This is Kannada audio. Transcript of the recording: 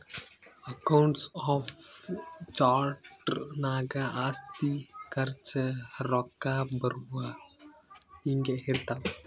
ಅಕೌಂಟ್ಸ್ ಆಫ್ ಚಾರ್ಟ್ಸ್ ನಾಗ್ ಆಸ್ತಿ, ಖರ್ಚ, ರೊಕ್ಕಾ ಬರವು, ಹಿಂಗೆ ಇರ್ತಾವ್